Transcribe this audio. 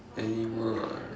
animal ah